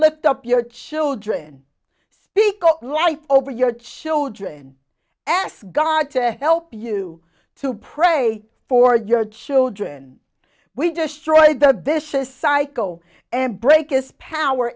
lift up your children speak life over your children ask god to help you to pray for your children we destroyed the dishes cycle and break this power